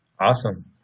Awesome